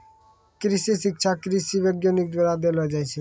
कृषि शिक्षा कृषि वैज्ञानिक द्वारा देलो जाय छै